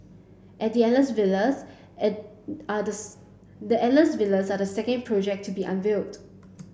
and the Alias Villas are the Alias Villas are the second project to be unveiled